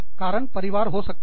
कारण परिवार हो सकता है